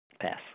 Pass